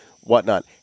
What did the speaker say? whatnot